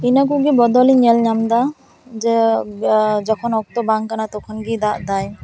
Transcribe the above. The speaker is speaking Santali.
ᱤᱱᱟᱹ ᱠᱚᱜᱮ ᱵᱚᱫᱚ ᱤᱧ ᱧᱮᱞ ᱧᱟᱢ ᱮᱫᱟ ᱡᱮ ᱡᱚᱠᱷᱚᱱ ᱚᱠᱛᱚ ᱵᱟᱝ ᱠᱟᱱᱟ ᱛᱚᱠᱷᱚᱱ ᱜᱮᱭ ᱫᱟᱜ ᱮᱫᱟ